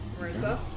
Marissa